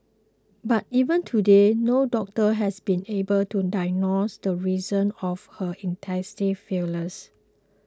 but even today no doctor has been able to diagnose the reason of her intestinal failure